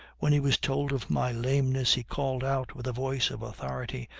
when he was told of my lameness, he called out, with a voice of authority,